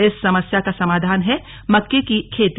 इस समस्या का समाधान है मक्के की खेती